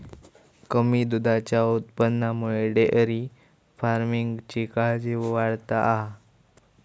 कमी दुधाच्या उत्पादनामुळे डेअरी फार्मिंगची काळजी वाढता हा